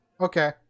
Okay